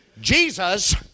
Jesus